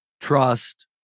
trust